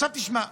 עכשיו, תשמע.